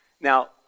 Now